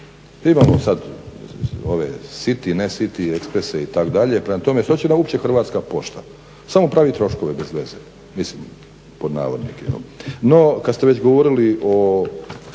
imamo sad City express itd., prema tome što će nam uopće Hrvatska pošta samo pravi troškove bezveze, mislim pod navodnike. No kad ste već govorili o